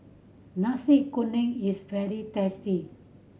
Nasi Kuning is very tasty